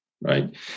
right